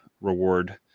reward